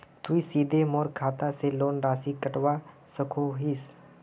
तुई सीधे मोर खाता से लोन राशि कटवा सकोहो हिस?